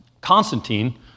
Constantine